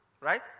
right